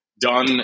done